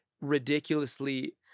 ridiculously